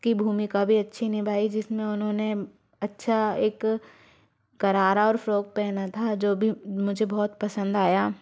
की भूमिका भी अच्छी निभाई जिसमें उन्होंने अच्छा एक करारा और फ्रॉक पहना था जो भी मुझे बहुत पसंद आया